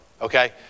okay